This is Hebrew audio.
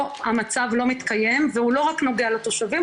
פה המצב לא מתקיים והוא לא רק נוגע לתושבים,